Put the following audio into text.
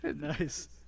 Nice